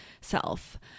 self